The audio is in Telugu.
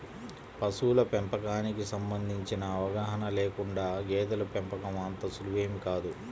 పశువుల పెంపకానికి సంబంధించిన అవగాహన లేకుండా గేదెల పెంపకం అంత సులువేమీ కాదు